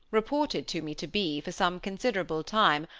reported to me to be, for some considerable time,